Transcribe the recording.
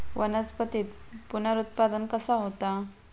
वनस्पतीत पुनरुत्पादन कसा होता?